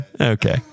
okay